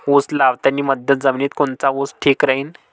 उस लावतानी मध्यम जमिनीत कोनचा ऊस ठीक राहीन?